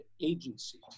agency